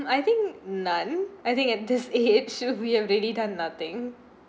I think none I think at this age sure we have really done nothing